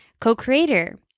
co-creator